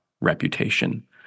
reputation